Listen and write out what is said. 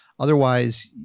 Otherwise